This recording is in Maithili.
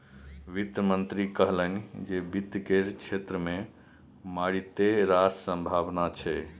वित्त मंत्री कहलनि जे वित्त केर क्षेत्र मे मारिते रास संभाबना छै